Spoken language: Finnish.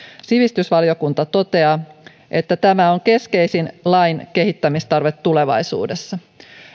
sivistysvaliokunta toteaa että tämä on keskeisin lain kehittämistarve tulevaisuudessa